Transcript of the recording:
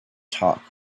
talk